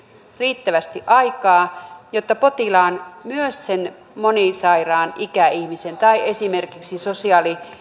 riittävästi aikaa jotta potilaan myös sen monisairaan ikäihmisen tai esimerkiksi